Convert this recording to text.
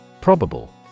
Probable